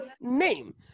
name